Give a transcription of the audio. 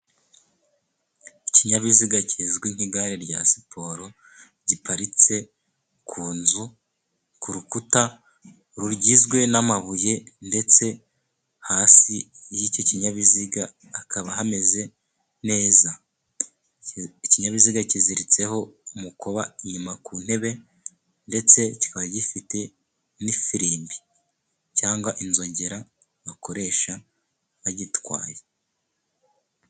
Ikinyabiziga kizwi nk'igare rya siporo, giparitse ku nzu, ku rukuta rugizwe n'amabuye, ndetse hasi y'icyo kinyabiziga hakaba hameze neza. Ikinyabiziga kiziritseho umukoba inyuma ku ntebe, ndetse kikaba gifite n'ifirimbi cyangwa inzogera bakoresha bagitwaye.